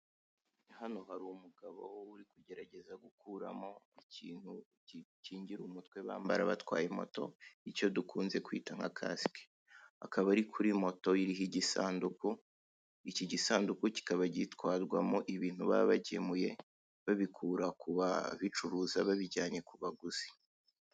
Hano hari umugabo uri kugerageza gukuramo ikintu kiri gukingira umutwe bambara batwaye moto icyo dukunze kwita nka kasike. Akaba ari kuri moto iriho igisanduku, iki gisanduku kikaba gitwarwamo ibintu baba bagemuye babikura kuba bicuruza babijyanye ku baguzi.